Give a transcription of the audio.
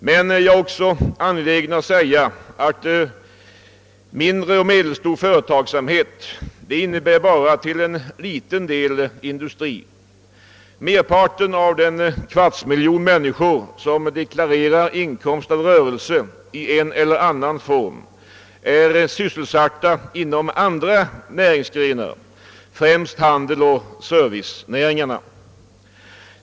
Men mindre och medelstor företagsamhet innebär bara till en liten del industri. Merparten av den kvartsmiljon människor som deklarerar inkomst av rörelse i en eller annan form har sin sysselsättning inom andra näringsgrenar, främst inom handeln och servicenäringarna.